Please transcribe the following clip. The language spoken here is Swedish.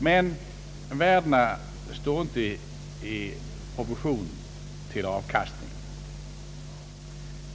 Men värdena står inte i proportion till avkastningen.